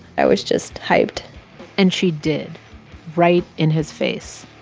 i was just hyped and she did right in his face.